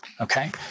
okay